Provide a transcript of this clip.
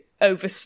over